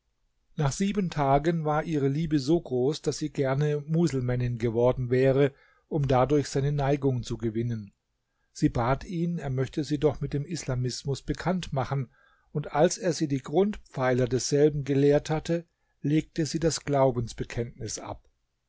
nach sieben tagen war ihre liebe so groß daß sie gerne muselmännin geworden wäre um dadurch seine neigung zu gewinnen sie bat ihn er möchte sie doch mit dem islamismus bekannt machen und als er sie die grundpfeiler desselben gelehrt hatte legte sie das glaubensbekenntnis ab